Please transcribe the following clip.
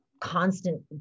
constant